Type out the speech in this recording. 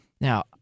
Now